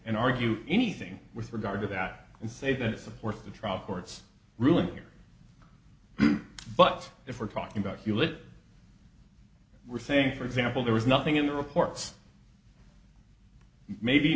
and argue anything with regard to that and say that it supports the trial court's ruling here but if we're talking about hewlett we're saying for example there was nothing in the reports maybe